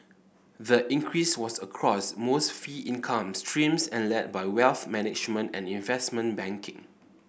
the increase was across most fee income streams and led by wealth management and investment banking